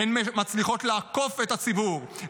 הן מצליחות לעקוף את הציבור,